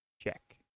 Check